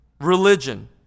religion